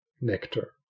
nectar